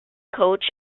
coach